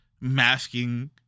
masking